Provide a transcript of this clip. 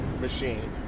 machine